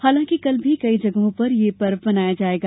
हालांकि कल भी कई जगहों पर यह पर्व मनाया जायेगा